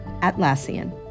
Atlassian